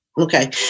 Okay